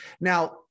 Now